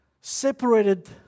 separated